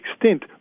extent